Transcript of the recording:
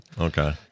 Okay